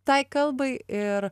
tai kalbai ir